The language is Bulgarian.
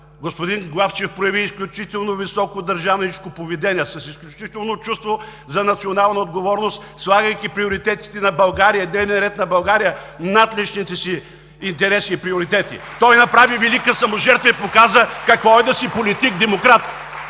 Господин Главчев прояви изключително високо държавническо поведение, с изключително чувство за национална отговорност, слагайки приоритетите и дневния ред на България над личните си интереси и приоритети. (Ръкопляскания от ГЕРБ.) Той направи велика саможертва и показа какво е да си политик демократ!